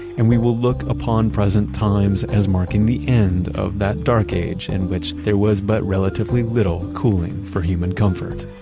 and we will look upon present times as marking the end of that dark age in which there was but relatively little cooling for human comfort.